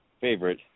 favorite